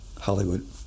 Hollywood